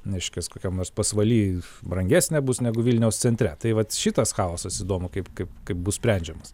reiškias kokiam nors pasvaly brangesnė bus negu vilniaus centre tai vat šitas chaosas įdomu kaip kaip kaip bus sprendžiamas